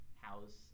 house